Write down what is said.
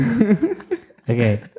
Okay